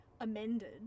amended